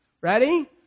Ready